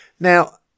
Now